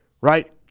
right